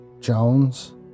Jones